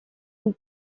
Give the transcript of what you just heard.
une